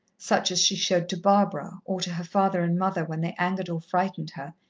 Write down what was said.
such as she showed to barbara, or to her father and mother when they angered or frightened her,